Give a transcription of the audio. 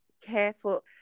careful